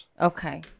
Okay